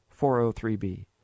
403b